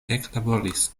eklaboris